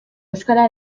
euskara